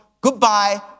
Goodbye